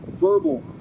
verbal